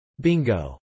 Bingo